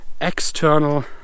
external